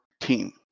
team